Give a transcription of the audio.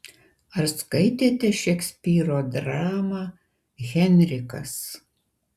ar skaitėte šekspyro dramą henrikas